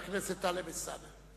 אחריו, חבר הכנסת טלב אלסאנע.